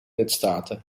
lidstaten